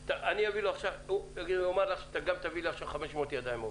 --- הוא אמר לך שגם אם תביאי לו עוד 500 ידיים עובדות,